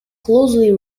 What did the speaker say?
closely